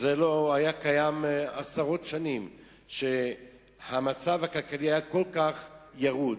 לא היה עשרות שנים המצב הכלכלי כל כך ירוד,